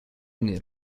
mnie